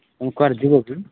ତୁମେ କୁଆଡ଼େ ଯିବ କି